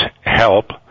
help